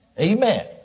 Amen